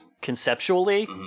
conceptually